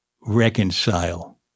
reconcile